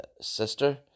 sister